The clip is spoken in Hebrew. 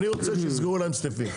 אני רוצה שיסגרו להם סניפים.